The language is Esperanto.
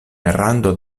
rando